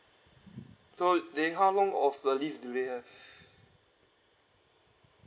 so then how long of the leave do they have